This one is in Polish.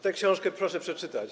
Tę książkę proszę przeczytać.